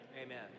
Amen